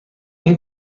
این